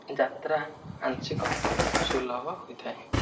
ଯାତ୍ରା ଆଂଶିକ ସୁଲଭ ହୋଇଥାଏ